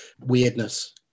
weirdness